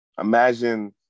imagine